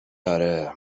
اره